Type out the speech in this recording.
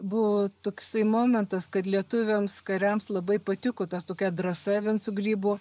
buvo toksai momentas kad lietuviams kariams labai patiko tas tokia drąsa vinco grybo